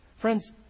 Friends